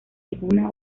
alguna